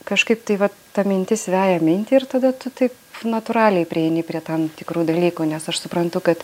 kažkaip tai va ta mintis veja mintį ir tada tu taip natūraliai prieini prie tam tikrų dalykų nes aš suprantu kad